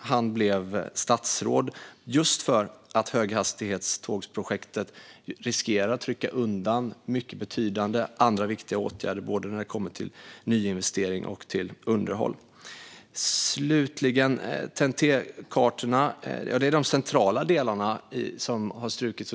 han blev statsråd, just för att höghastighetstågsprojektet riskerar att trycka undan andra betydande och viktiga åtgärder när det kommer till både nyinvestering och underhåll. Slutligen gällde det TEN-T-kartorna. Det är de centrala delarna som har strukits.